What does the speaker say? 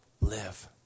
live